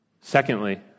Secondly